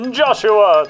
joshua